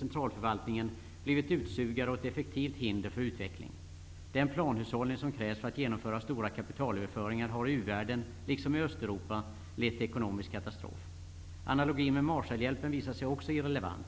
centralförvaltningen, blivit utsugare och ett effektivt hinder för utveckling. Den planhushållning som krävs för att genomföra stora kapitalöverföringar har i u-världen, liksom i Östeuropa, lett till ekonomisk katastrof. Analogin med Marshallhjälpen visade sig också irrelevant.